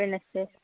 Wednesday